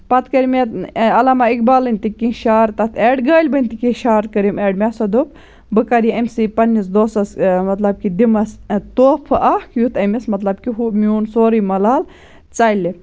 پَتہٕ کٔرۍ مےٚ علامہ اقبالٕنۍ تہِ کیٚنٛہہ شار تَتھ ایڈ غالہِ بٔنۍ تہِ کیٚنٛہہ شار کٔرِم ایڈ مےٚ سا دوٚپ بہٕ کَرٕ یہِ أمۍ سٕے پَنٛنِس دوسَس مطلب کہِ دِمَس توفہٕ اکھ یُتھ أمِس مطلب کہِ ہُہ میون سورُے مَلال ژَلہِ